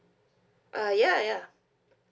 uh ya ya